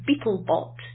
Beetlebot